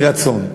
מרצון.